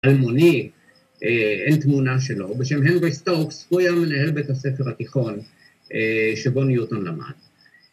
‫אלמוני, אין תמונה שלו, ‫בשם הנברי סטורקס, ‫הוא היה מנהל בית הספר התיכון ‫שבו ניוטון למד.